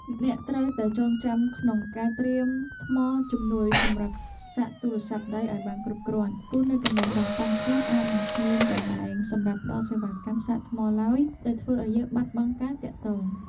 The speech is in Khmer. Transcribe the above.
អ្នកត្រូវតែចងចាំក្នុងការត្រៀមថ្មជំនួយសម្រាប់សាកទូរស័ព្ទដៃឱ្យបានគ្រប់គ្រាន់ព្រោះនៅកន្លែងបោះតង់ខ្លះអាចនឹងគ្មានកន្លែងសម្រាប់ផ្តល់សេវាកម្មសាកថ្មឡើយដែលធ្វើឱ្យយើងបាត់បង់ការទាក់ទង។